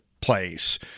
place